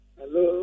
Hello